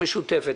המשותפת.